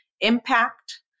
impact